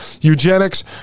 Eugenics